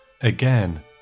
Again